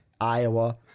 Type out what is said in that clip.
Iowa